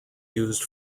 used